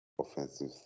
offensive